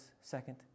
second